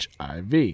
HIV